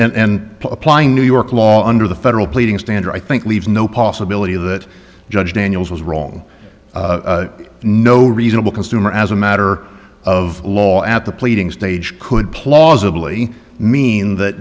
and applying new york law under the federal pleading standard i think leaves no possibility that judge daniels was wrong no reasonable consumer as a matter of law at the pleading stage could plausibly mean that